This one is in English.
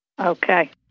Okay